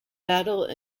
battle